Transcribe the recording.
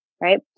right